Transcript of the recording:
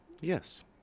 yes